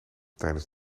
tijdens